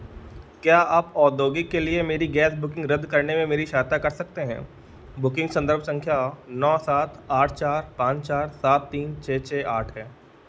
क्या आप औद्योगिक के लिए मेरी गैस बुकिंग रद्द करने में मेरी सहायता कर सकते हैं बुकिंग संदर्भ संख्या नौ सात आठ चार पाँच चार सात तीन छः छः आठ है